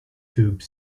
tube